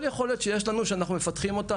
כל יכולת שיש לנו שאנחנו מפתחים אותה,